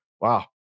Wow